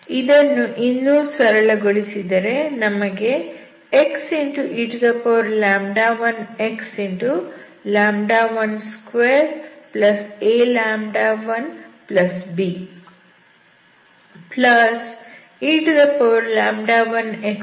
ಇದನ್ನು ಇನ್ನೂ ಸರಳಗೊಳಿಸಿದರೆ ನಮಗೆ xe1x12a1be1x21a ಸಿಗುತ್ತದೆ